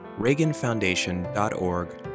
reaganfoundation.org